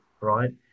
right